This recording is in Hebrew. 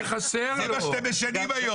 זה מה שאתם משנים היום.